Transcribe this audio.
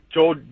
Joe